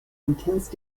intense